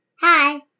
Hi